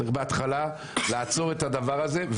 צריך לעצור את הדבר הזה בהתחלה.